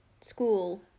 school